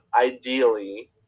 ideally